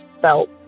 felt